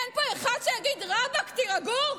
אין פה אחד שיגיד: רבאק, תירגעו?